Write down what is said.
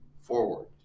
forward